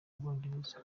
bwongereza